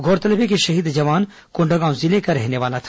गौरतलब है कि शहीद जवान कोंडागांव जिले का रहने वाला था